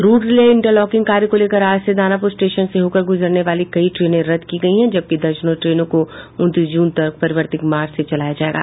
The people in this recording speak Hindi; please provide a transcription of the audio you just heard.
रूट रिले इंटरलॉकिंग कार्य को लेकर आज से दानापुर स्टेशन से होकर गुजरने वाली कई ट्रेनें रद्द की गयी है जबकि दर्जनों ट्रेनों को उन्नीस जून तक परिवर्तित मार्ग से चलाया जायेगा